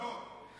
מאוד.